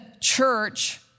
church